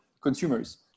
consumers